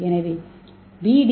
எனவே B D